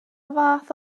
fath